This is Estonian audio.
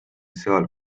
seal